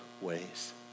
ways